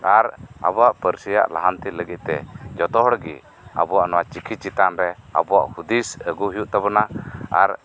ᱟᱨ ᱟᱵᱩᱣᱟᱜ ᱯᱟᱹᱨᱥᱤ ᱨᱮᱭᱟᱜ ᱞᱟᱦᱟᱱᱛᱤ ᱞᱟᱹᱜᱤᱫ ᱛᱮ ᱡᱚᱛᱚ ᱦᱚᱲᱜᱤ ᱟᱵᱩᱣᱟᱜ ᱱᱚᱣᱟ ᱪᱤᱠᱤ ᱪᱮᱛᱟᱱ ᱨᱮ ᱟᱵᱩᱣᱟᱜ ᱦᱩᱫᱤᱥ ᱟᱹᱜᱩ ᱦᱩᱭᱩᱜ ᱛᱟᱵᱩᱱᱟ ᱟᱨ